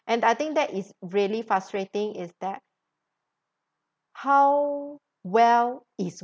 and I think that is really frustrating is that how well is